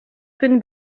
күн